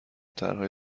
طرحهای